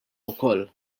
wkoll